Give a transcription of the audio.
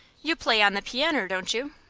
you play on the pianner, don't you?